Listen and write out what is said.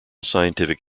scientific